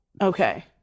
okay